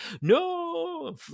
no